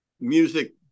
music